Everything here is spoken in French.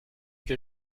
que